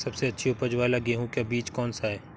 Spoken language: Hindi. सबसे अच्छी उपज वाला गेहूँ का बीज कौन सा है?